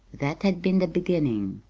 that had been the beginning.